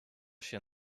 się